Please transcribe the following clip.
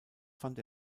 fand